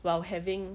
while having